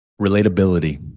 Relatability